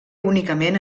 únicament